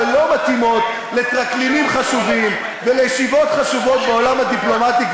ולא מתאימות לטרקלינים חשובים ולישיבות חשובות בעולם הדיפלומטי,